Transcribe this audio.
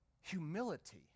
Humility